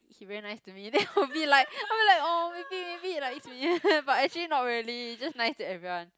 he's very nice to me then I'll be like I'll be like oh maybe maybe he likes me but actually not really he's just nice to everyone